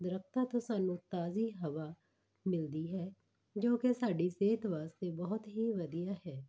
ਦਰੱਖਤਾਂ ਤੋਂ ਸਾਨੂੰ ਤਾਜ਼ੀ ਹਵਾ ਮਿਲਦੀ ਹੈ ਜੋ ਕਿ ਸਾਡੀ ਸਿਹਤ ਵਾਸਤੇ ਬਹੁਤ ਹੀ ਵਧੀਆ ਹੈ